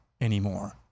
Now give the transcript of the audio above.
anymore